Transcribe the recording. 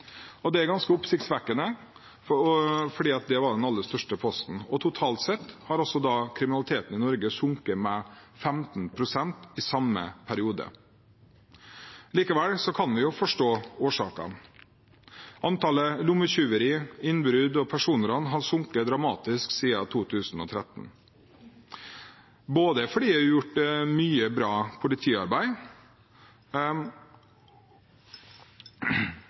Det er ganske oppsiktsvekkende, fordi det var den aller største posten, og totalt sett har også kriminaliteten i Norge sunket, med 15 pst. i samme periode. Likevel kan vi jo forstå årsakene. Antallet lommetyverier, innbrudd og personran har sunket dramatisk siden 2013, både fordi det er gjort mye bra politiarbeid,